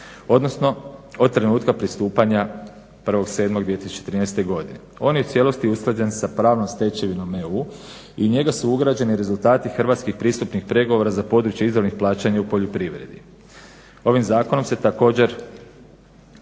odnosno od trenutka pristupanja 01.07.2013. godine. On je u cijelosti usklađen sa pravnom stečevinom EU i u njega su ugrađeni rezultati hrvatskih pristupnih pregovora za područje izravnih plaćanja u poljoprivredi. Ovim zakonom se također,